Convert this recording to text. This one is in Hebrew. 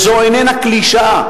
וזו איננה קלישאה,